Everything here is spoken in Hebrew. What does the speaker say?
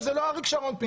זה לא אריק שרון.